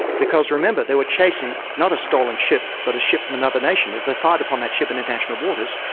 because remember, they were chasing not a stolen ship, but a ship from another nation. if they fired upon that ship in international waters,